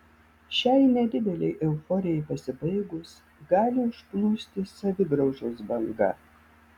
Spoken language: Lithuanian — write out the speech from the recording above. šiai nedidelei euforijai pasibaigus gali užplūsti savigraužos banga